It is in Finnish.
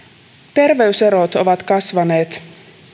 terveyserot ovat kasvaneet